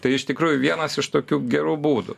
tai iš tikrųjų vienas iš tokių gerų būdų